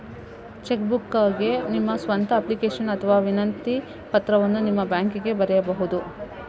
check ಬುಕ್ಗಾಗಿ ನಿಮ್ಮ ಸ್ವಂತ ಅಪ್ಲಿಕೇಶನ್ ಅಥವಾ ವಿನಂತಿ ಪತ್ರವನ್ನು ನಿಮ್ಮ ಬ್ಯಾಂಕಿಗೆ ಬರೆಯಬಹುದು